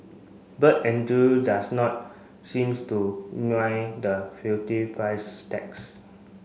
bird does not seems to mind the hefty price tags